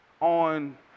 on